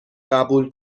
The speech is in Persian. قبول